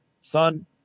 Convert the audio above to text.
son